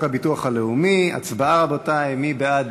הביטוח הלאומי (תיקון מס' 159). מי בעד?